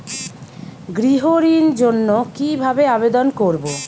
গৃহ ঋণ জন্য কি ভাবে আবেদন করব?